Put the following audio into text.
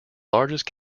largest